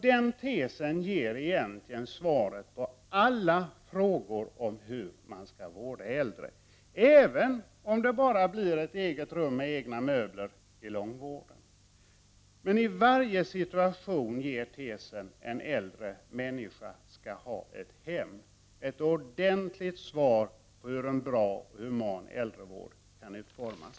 Den tesen ger egentligen svaret på alla frågor om hur man skall vårda äldre, även om det bara blir i ett eget rum med egna möbler i långvården. Men i varje situation ger tesen ”En äldre människa skall ha ett hem” ett ordentligt svar på hur en bra och human äldrevård skall utformas.